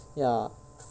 ya